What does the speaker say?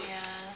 ya